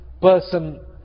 person